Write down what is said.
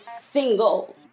single